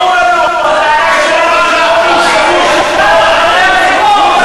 חבר הכנסת מיקי לוי,